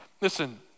Listen